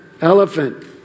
elephant